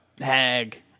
hag